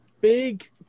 big